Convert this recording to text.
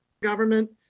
government